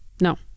No